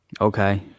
Okay